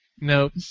Nope